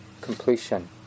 completion